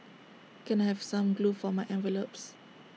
can I have some glue for my envelopes